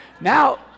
Now